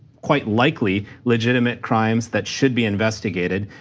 quite likely, legitimate crimes that should be investigated.